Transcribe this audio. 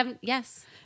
Yes